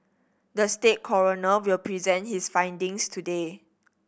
the state coroner will present his findings today